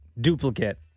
duplicate